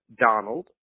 Donald